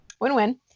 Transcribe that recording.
win-win